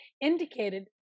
indicated